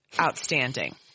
outstanding